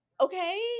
okay